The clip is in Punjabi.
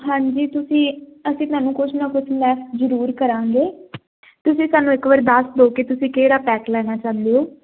ਹਾਂਜੀ ਤੁਸੀਂ ਅਸੀਂ ਤੁਹਾਨੂੰ ਕੁਛ ਨਾ ਕੁਛ ਲੈਸ ਜਰੂਰ ਕਰਾਂਗੇ ਤੁਸੀਂ ਸਾਨੂੰ ਇੱਕ ਵਾਰ ਦੱਸ ਦੋ ਕਿ ਤੁਸੀਂ ਕਿਹੜਾ ਪੈਕ ਲੈਣਾ ਚਾਹੁੰਦੇ ਹੋ